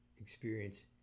experience